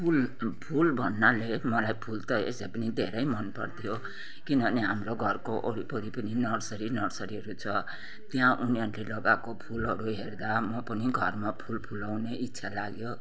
फुल फुल भन्नाले मलाई फुल त यसै पनि धेरै मनपर्थ्यो किनभने हाम्रो घरको वरिपरि पनि नर्सरी नर्सरीहरू छ त्यहाँ उनीहरूले लगाएको फुलहरू हेर्दा म पनि घरमा फुल फुलाउने इच्छा लाग्यो